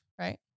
right